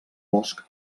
bosc